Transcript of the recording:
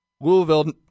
Louisville